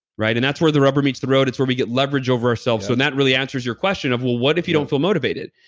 and that's where the rubber meets the road. it's where we get leverage over ourselves. so that really answers your question of, well, what if you don't feel motivated?